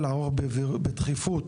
לערוך בדחיפות,